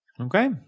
Okay